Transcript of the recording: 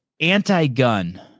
anti-gun